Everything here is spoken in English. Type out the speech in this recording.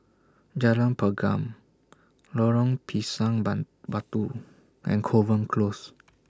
Jalan Pergam Lorong Pisang Ban Batu and Kovan Close